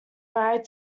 married